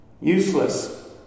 Useless